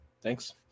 thanks